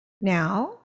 Now